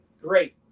Great